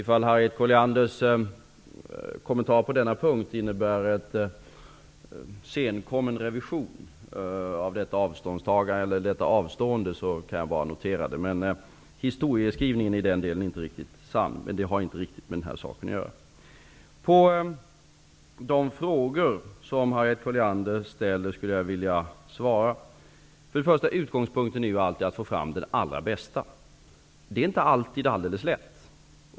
Om Harriet Collianders kommentar på denna punkt innebär en revision av detta avstående, kan jag bara notera det. Historieskrivningen är inte riktigt sann i den delen, men det har inte med den här saken att göra. Jag skulle vilja svara på de frågor som Harriet Colliander ställde. Utgångspunkten är alltid att få fram de allra bästa personerna. Det är inte alltid alldeles lätt.